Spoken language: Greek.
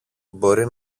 μπορεί